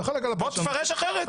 בוא תפרש אחרת.